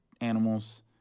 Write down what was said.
animals